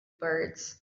birds